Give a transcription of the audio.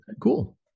cool